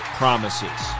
promises